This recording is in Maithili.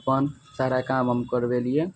अपन सारा काम हम करबेलिए